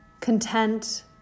content